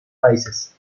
países